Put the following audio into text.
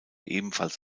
ebenfalls